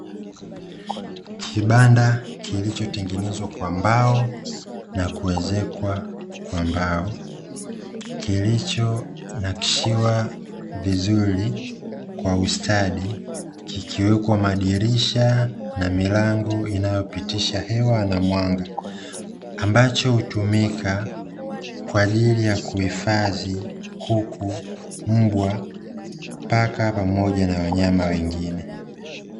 Kibanda kilichotengenezwa kwa mbao na kuezekwa kwa mbao, kilichonakshiwa vizuri kwa ustadi, kikiwekwa madirisha na milango inayopitisha hewa na mwanga, ambacho hutumika kwa ajili ya kuhifadhi; kuku, mbwa, paka pamoja na wanyama wengine.